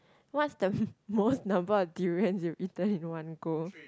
what's the m~ most number of durians you've eaten in one go